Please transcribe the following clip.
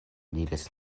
diris